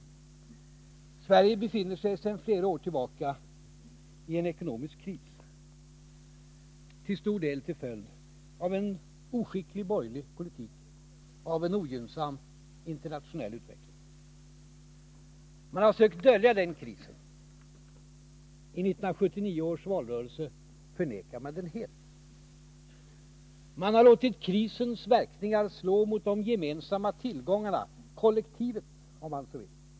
Sverige befinner sig sedan flera år tillbaka i en ekonomisk kris, till stor del på grund av en oskicklig borgerlig politik och en ogynnsam internationell utveckling. De borgerliga har sökt dölja den krisen. I 1979 års valrörelse förnekade de den helt. De har låtit krisens verkningar slå mot de gemensamma tillgångarna, kollektivet om man så vill.